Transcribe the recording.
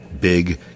big